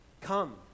Come